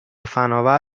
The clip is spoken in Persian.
فناور